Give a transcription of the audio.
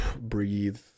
breathe